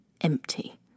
empty